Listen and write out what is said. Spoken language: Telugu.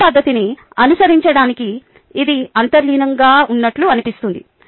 ఈ పద్ధతిని అనుసరించడానికి ఇది అంతర్లీనంగా ఉన్నట్లు అనిపిస్తుంది